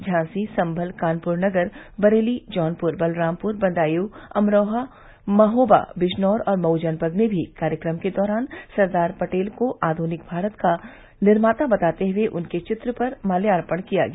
झांसी संभल कानपुर नगर बरेली जौनपुर बलरामपुर बदायूं अमरोहा महोवा विजनौर और मऊ जनपद में भी कार्यक्रम के दौरान सरदार पटेल को आधुनिक भारत का निर्माता बताते हुए उनके चित्र पर मात्यार्पण किया गया